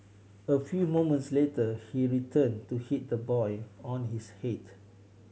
a few moments later he returned to hit the boy on his head